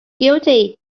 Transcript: guilty